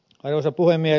arvoisa puhemies